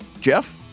Jeff